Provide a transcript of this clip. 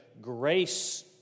grace